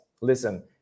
listen